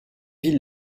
ville